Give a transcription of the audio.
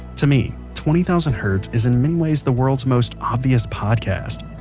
to me, twenty thousand hertz is in many ways the world's most obvious podcast.